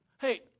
Hey